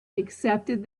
accepted